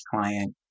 client